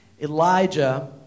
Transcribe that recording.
Elijah